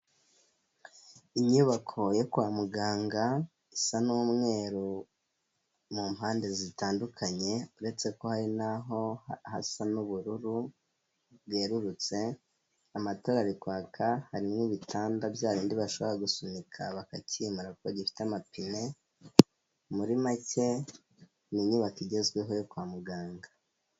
Inyubako yo kwa muganga isa n'umweru mu mpande zitandukanye, uretse ko hari n'aho hasa n'ubururu bwerurutse, amatara ari kwaka, harimo ibitanda bya bindi bashobora gusunika bakacyimura kuko gifite amapine, muri make ni inyubako igezweho yo kwa muganga.